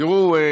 תראו,